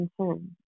concern